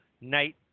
Night